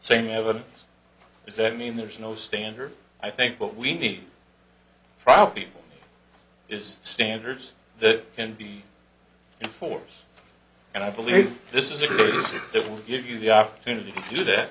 he never does that mean there's no standard i think what we need probable is standards the can be in force and i believe this is a group that will give you the opportunity to do that